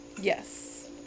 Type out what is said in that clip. Yes